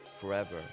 forever